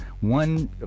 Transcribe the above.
one